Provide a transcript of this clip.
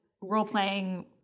role-playing